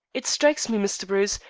it strikes me, mr. bruce,